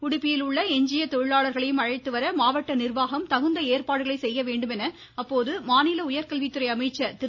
உடுப்பியில் உள்ள எஞ்சிய தொழிலாளர்களையும் அழைத்து வர மாவட்ட நிர்வாகம் தகுந்த ஏற்பாடுகளை செய்ய வேண்டும் என அப்போது மாநில உயர்கல்வித்துறை அமைச்சர் திரு